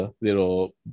little